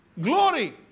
glory